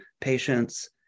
patients